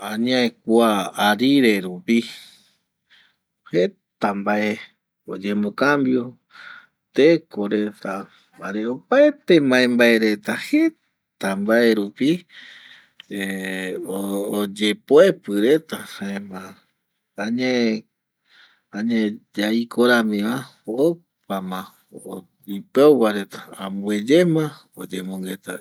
Añae kua arire rupi jeta mbae oyembo kambio teko reta jare opaete maembae reta jeta mbae rupi oyepoepɨ reta jaema añae, añe yaiko rami va opama ipɨau va reta ambueyema oyemongueta